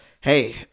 Hey